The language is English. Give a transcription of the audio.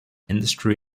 industry